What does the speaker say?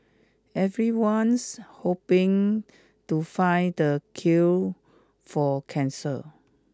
everyone's hoping to find the cure for cancer